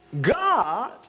God